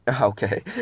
Okay